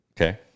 Okay